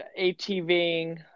ATVing